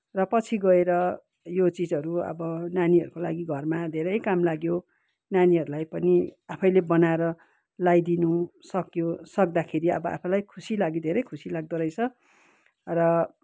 र पछि गएर यो चिजहरू अब नानीहरूको लागि घरमा धेरै काम लाग्यो नानीहरूलाई पनि आफैले बनाएर लाइदिनुसक्यो सक्दाखेरि अब आफूलाई खुसी लाग्यो धेरै खुसी लाग्दोरहेछ र